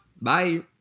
Bye